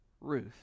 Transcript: Ruth